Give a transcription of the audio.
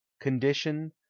condition